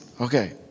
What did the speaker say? Okay